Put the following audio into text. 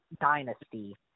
dynasty